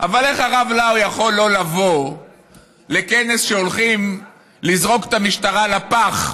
אבל איך הרב לאו יכול לא לבוא לכנס שבו הולכים לזרוק את המשטרה לפח,